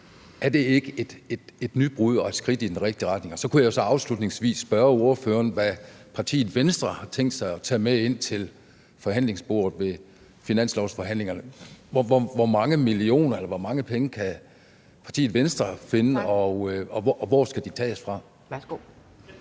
Er det ikke et nybrud og et skridt i den rigtige retning? Så kunne jeg jo så afslutningsvis spørge ordføreren, hvad partiet Venstre har tænkt sig at tage med ind til forhandlingsbordet ved finanslovsforhandlingerne. Hvor mange penge kan partiet Venstre finde, og hvor skal de tages fra? Kl.